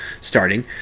starting